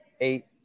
eight